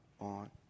on